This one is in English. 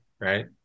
right